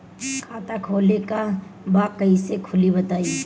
खाता खोले के बा कईसे खुली बताई?